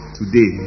today